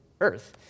earth